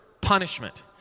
punishment